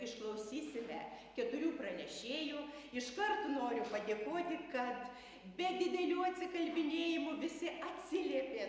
išklausysime keturių pranešėjų iškart noriu padėkoti kad be didelių atsikalbinėjimų visi atsiliepė